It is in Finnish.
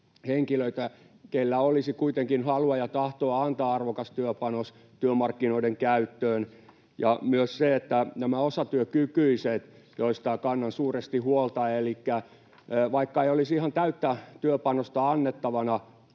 henkilöitä, keillä olisi kuitenkin halua ja tahtoa antaa arvokas työpanos työmarkkinoiden käyttöön. Ja vaikka näillä osatyökykyisillä, joista kannan suuresti huolta, ei olisi ihan täyttä työpanosta annettavana,